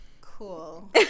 cool